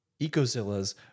Ecozillas